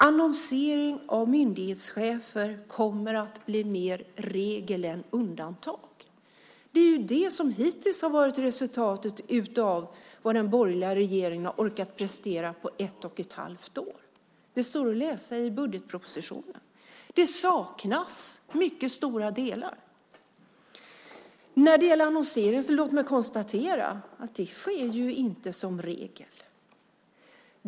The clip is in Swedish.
Annonsering av myndighetschefer kommer att bli mer regel än undantag. Det är ju det som hittills har varit resultatet av vad den borgerliga regeringen har orkat prestera på ett och ett halvt år. Det står att läsa i budgetpropositionen. Det saknas mycket stora delar. Låt mig när det gäller annonsering konstatera att det inte sker som regel.